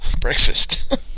breakfast